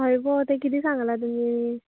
हय गो तें किदें सांगला तिये